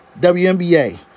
WNBA